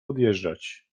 odjeżdżać